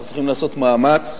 אנחנו צריכים לעשות מאמץ,